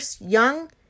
young